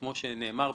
כמו שנאמר,